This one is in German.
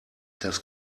das